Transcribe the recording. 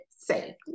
Say